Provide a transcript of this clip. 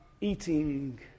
eating